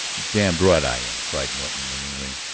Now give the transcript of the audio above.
damned right i am! cried norton ringingly.